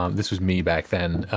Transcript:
um this was me back then.